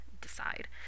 decide